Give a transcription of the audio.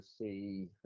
see